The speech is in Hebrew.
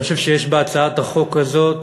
אני חושב שיש בהצעת החוק הזאת